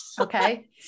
okay